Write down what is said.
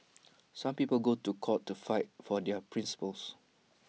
some people go to court to fight for their principles